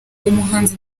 umuhanzi